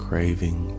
Craving